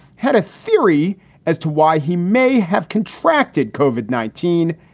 had a theory as to why he may have contracted covid nineteen.